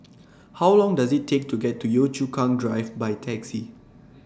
How Long Does IT Take to get to Yio Chu Kang Drive By Taxi